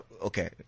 Okay